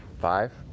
Five